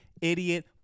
Idiot